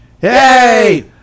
Hey